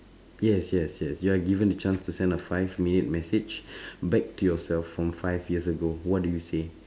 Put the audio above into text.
yes yes yes you are given a chance to sent a five minute message back to yourself from five years ago what do you say